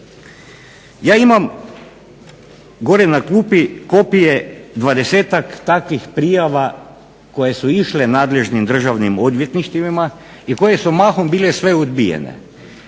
Ja imam gore na klupi kopije dvadesetak takvih prijava koje su išle nadležnim državnim odvjetništvima i koje su mahom bile sve odbijene.